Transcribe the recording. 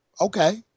Okay